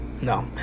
No